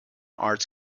arts